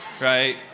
Right